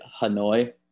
Hanoi